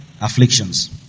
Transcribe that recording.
afflictions